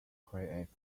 creates